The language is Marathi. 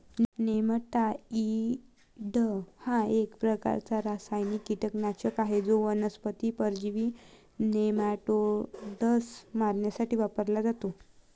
नेमॅटाइड हा एक प्रकारचा रासायनिक कीटकनाशक आहे जो वनस्पती परजीवी नेमाटोड्स मारण्यासाठी वापरला जातो